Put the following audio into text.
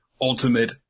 ultimate